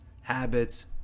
habits